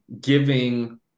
giving